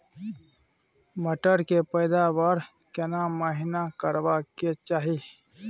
मटर के पैदावार केना महिना करबा के चाही?